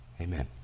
Amen